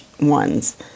ones